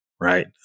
right